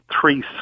three